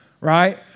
right